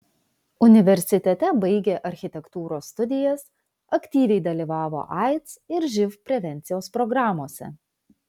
universitete baigė architektūros studijas aktyviai dalyvavo aids ir živ prevencijos programose